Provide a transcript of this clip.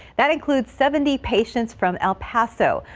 that includes seventy patients from el paso,